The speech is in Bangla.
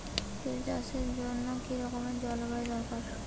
তিল চাষের জন্য কি রকম জলবায়ু দরকার?